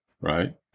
right